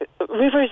rivers